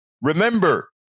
remember